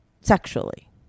sexually